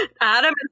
Adam